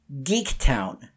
GeekTown